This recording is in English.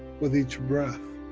with each breath,